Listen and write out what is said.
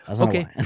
Okay